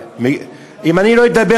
אם אני לא אדבר,